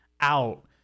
out